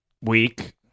week